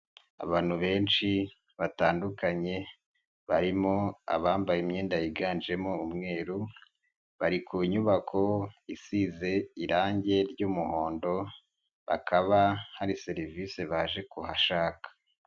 Abantu benshi batandukanye barimo abambaye imyenda yiganjemo umweru bari ku nyubako isize irange ry'umuhondo bakaba hari serivisi baje kuhashaka.